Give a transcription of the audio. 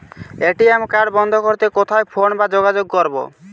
ATM card বন্ধ করতে কোথায় ফোন বা যোগাযোগ করব?